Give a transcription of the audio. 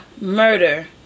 Murder